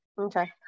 Okay